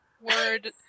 word